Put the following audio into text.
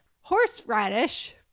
horseradish